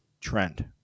trend